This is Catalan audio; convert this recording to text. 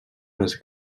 les